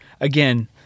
again